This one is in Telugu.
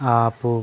ఆపు